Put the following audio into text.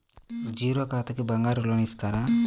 Zero ఖాతాకి బంగారం loan ఇస్తారా?